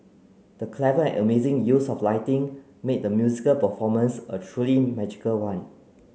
the clever and amazing use of lighting made the musical performance a truly magical one